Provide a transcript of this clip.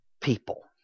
people